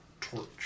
torch